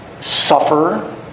suffer